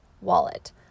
wallet